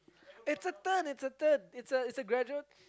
it's a turn it's a turn it's a it's a gradual